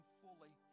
fully